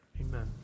amen